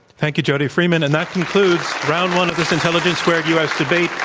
thank you, jody freeman. and that concludes round one of this intelligence squared u. s. debate,